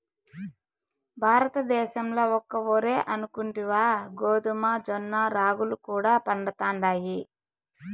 భారతద్దేశంల ఒక్క ఒరే అనుకుంటివా గోధుమ, జొన్న, రాగులు కూడా పండతండాయి